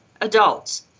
adults